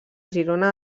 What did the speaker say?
girona